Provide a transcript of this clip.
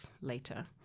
later